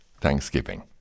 Thanksgiving